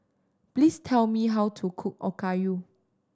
please tell me how to cook Okayu